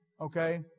Okay